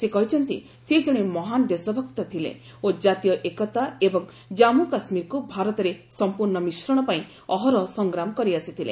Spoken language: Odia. ସେ କହିଛନ୍ତି ସେ ଜଣେ ମହାନ୍ ଦେଶଭକ୍ତ ଥିଲେ ଓ କାତୀୟ ଏକତା ଏବଂ ଜାମ୍ମୁ କାଶ୍ମୀରକୁ ଭାରତରେ ସଂପୂର୍ଣ୍ଣ ମିଶ୍ରଣ ପାଇଁ ଅହରହ ସଂଗ୍ରାମ କରିଆସିଥିଲେ